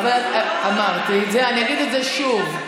אמרתי ואני אגיד שוב: